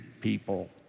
people